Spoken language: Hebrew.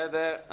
בסדר.